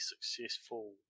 successful